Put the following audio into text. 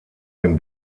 dem